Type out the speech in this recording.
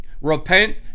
Repent